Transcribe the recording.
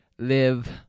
Live